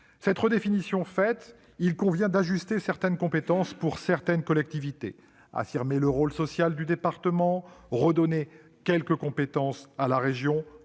cette redéfinition opérée, il convient d'ajuster certaines compétences pour certaines collectivités territoriales : affirmer le rôle social du département, redonner quelques compétences à la région,